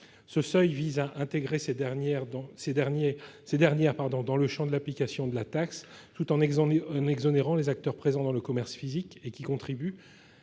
Ce seuil vise à intégrer ces dernières dans le champ de l'application de la taxe tout en exonérant les acteurs présents dans le commerce physique et qui contribuent,